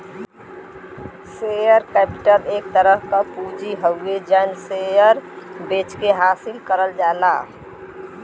share capital एक तरह क पूंजी हउवे जौन शेयर बेचके हासिल करल जाला